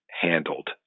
handled